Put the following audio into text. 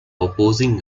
opposing